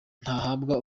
ntahabwa